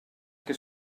que